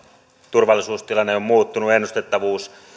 turvallisuustilanne on muuttunut ennustettavuus